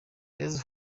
these